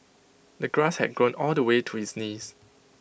the grass had grown all the way to his knees